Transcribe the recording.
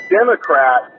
Democrat